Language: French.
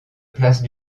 place